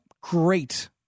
great